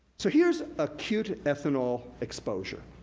so, here's acute ethanol exposure.